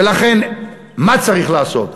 ולכן, מה צריך לעשות?